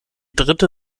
dritte